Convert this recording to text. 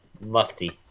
musty